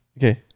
Okay